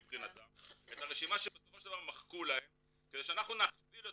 מבחינתם את הרשימה שבסופו של דבר מחקו להם כדי שאנחנו נפעיל את